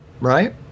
right